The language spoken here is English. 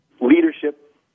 leadership